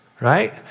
right